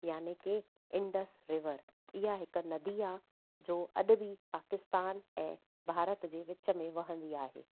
यानि की Indus river इहा हिकु नदी आहे जो अॼु बि पाकिस्तान ऐं भारत जे विच में वहंदी आहे